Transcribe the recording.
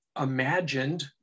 imagined